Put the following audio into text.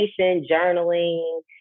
journaling